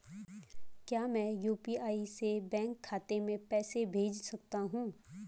क्या मैं यु.पी.आई से बैंक खाते में पैसे भेज सकता हूँ?